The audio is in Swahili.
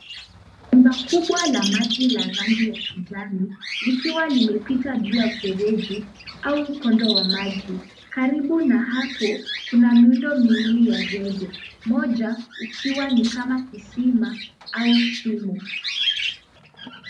Nyumba kubwa la maji ya rangi ya kijani likiwa imepita juu ya mfereji au mkondo wa maji. Karibu na hapo kuna miundo miwili ya zege, moja ukiwa ni kama kisima au shimo.